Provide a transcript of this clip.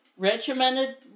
Regimented